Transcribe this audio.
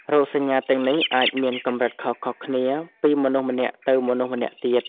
រោគសញ្ញាទាំងនេះអាចមានកម្រិតខុសៗគ្នាពីមនុស្សម្នាក់ទៅមនុស្សម្នាក់ទៀត។